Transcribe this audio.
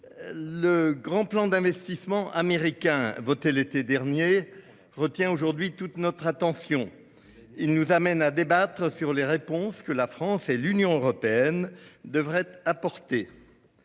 le grand plan d'investissement américain voté l'été dernier retient toute notre attention. Il nous amène à débattre aujourd'hui des réponses que la France et l'Union européenne devraient apporter.